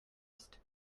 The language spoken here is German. ist